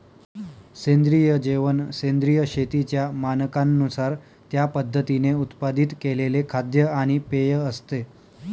सेंद्रिय जेवण सेंद्रिय शेतीच्या मानकांनुसार त्या पद्धतीने उत्पादित केलेले खाद्य आणि पेय असते